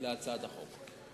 להצעת החוק.